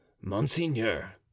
Monseigneur